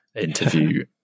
interview